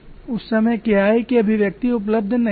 उस समय K I की अभिव्यक्ति उपलब्ध नहीं थी